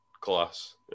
class